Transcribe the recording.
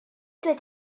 ugain